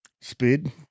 Speed